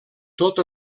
tot